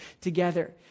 together